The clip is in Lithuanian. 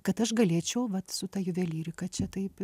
kad aš galėčiau vat su ta juvelyrika čia taip